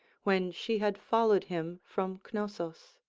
when she had followed him from cnossus.